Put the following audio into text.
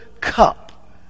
cup